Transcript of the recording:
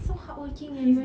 he so hardworking and